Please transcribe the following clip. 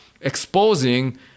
exposing